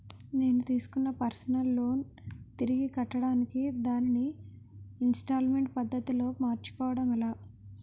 నేను తిస్కున్న personal loan తిరిగి కట్టడానికి దానిని ఇంస్తాల్మేంట్ పద్ధతి లో మార్చుకోవడం ఎలా?